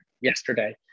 yesterday